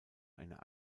einer